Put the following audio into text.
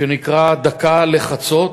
שנקרא "דקה לחצות".